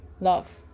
love